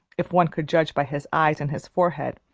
if one could judge by his eyes and his forehead,